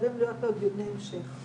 שחייבים לו דיוני המשך.